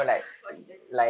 what he does seh